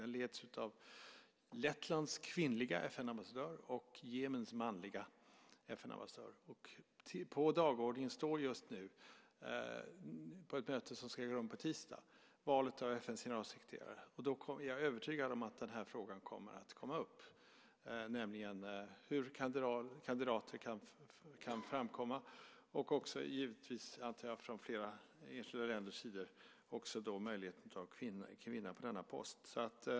Den leds av Lettlands kvinnliga FN-ambassadör och Jemens manliga FN-ambassadör. På dagordningen för ett möte som ska äga rum på tisdag står just nu valet av FN:s generalsekreterare. Jag är övertygad om att frågan kommer att tas upp, nämligen hur kandidater kan tas fram och också, givetvis, från enskilda länders sida möjligheten till en kvinna på denna post.